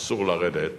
אסור לרדת